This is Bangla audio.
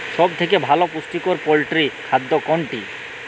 সব থেকে ভালো পুষ্টিকর পোল্ট্রী খাদ্য কোনটি?